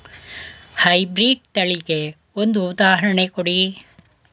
High breed ತಳಿಗೆ ಒಂದು ಉದಾಹರಣೆ ಕೊಡಿ?